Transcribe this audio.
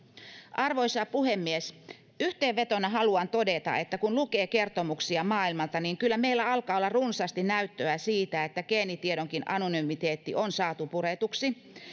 arvoisa puhemies yhteenvetona haluan todeta että kun lukee kertomuksia maailmalta niin kyllä meillä alkaa olla runsaasti näyttöä siitä että geenitiedonkin anonymiteetti on saatu puretuksi